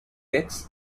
decks